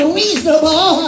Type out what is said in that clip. reasonable